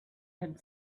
had